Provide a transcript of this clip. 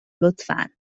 لطفا